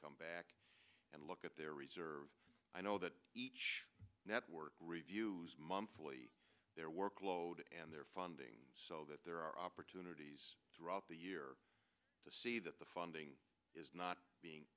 come back and look at their reserve i know that each network reviews monthly their workload and their funding so that there are opportunities throughout the year to see that the funding is not